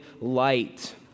light